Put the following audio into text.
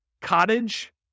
Cottage